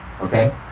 Okay